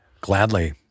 Gladly